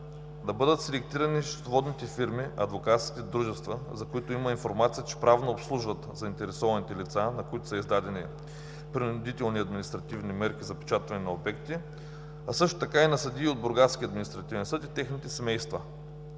„да бъдат селектирани счетоводните фирми, адвокатските дружества, за които има информация, че правно обслужват заинтересованите лица, на които са издадени принудителни административни мерки – запечатване на обекти, а също така и на съдии от Бургаския административен съд и техните семейства“.